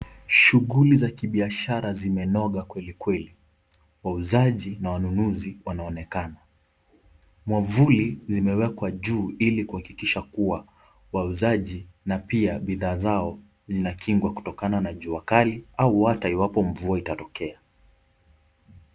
Shughuli za kibiashara zimenoga kwelikweli, wauzaji na wanunuzi wanaonekana. Mwavuli zimewekwa juu ili kuhakikisha kuwa wauzaji na pia bidhaa zao zinakingwa kutokana na jua kali au hata iwapo mvua itatokea.